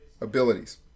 abilities